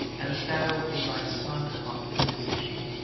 and thou in thy son art the physician,